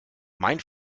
mein